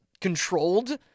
controlled